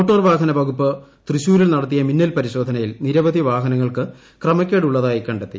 motor വാഹന വകുപ്പ് തൃശൂരിൽ നടത്തിയ മിന്നൽ പരിശോധനയിൽ നിരവധി വാഹനങ്ങൾക്ക് ക്രമക്കേട് ഉള്ളതായി കണ്ടെത്തി